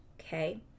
okay